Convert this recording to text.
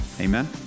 Amen